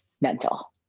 mental